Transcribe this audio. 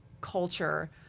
culture